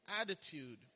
attitude